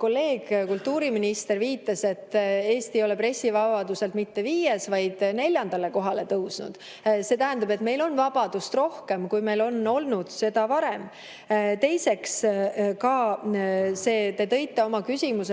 Kolleeg kultuuriminister viitas mulle, et Eesti ei ole pressivabaduselt mitte viies, vaid on neljandale kohale tõusnud. See tähendab, et meil on vabadust rohkem, kui on olnud varem. Teiseks see, et te tõite oma küsimuses